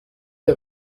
der